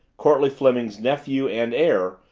courtleigh fleming's nephew and heir,